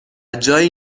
جایی